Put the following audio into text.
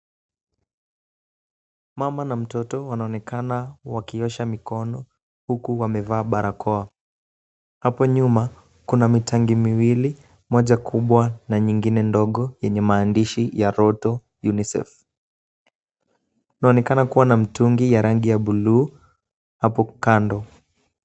Mama na mtoto wanaonekana wakiosha mikono huku wamevaa barakoa. Hapo nyuma kuna mitangi miwili moja kubwa na nyingine ndogo yenye maandishi ya Rotto unicef. Inaonekana na mtungi ya rangi ya buluu hapo kando.